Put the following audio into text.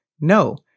No